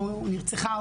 או נרצחה,